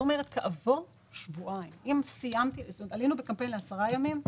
זאת אומרת אם עלינו בקמפיין לעשרה ימים,